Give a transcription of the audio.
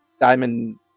diamond